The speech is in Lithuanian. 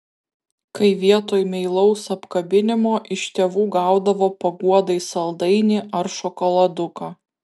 kai vietoj meilaus apkabinimo iš tėvų gaudavo paguodai saldainį ar šokoladuką